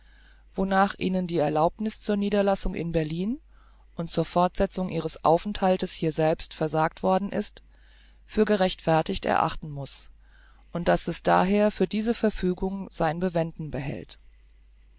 wonach ihnen die erlaubniß zur niederlassung in berlin und zur fortsetzung ihres aufenthaltes hierselbst versagt worden ist für gerechtfertigt erachten muß und daß es daher bei dieser verfügung sein bewenden behält